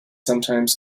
sometimes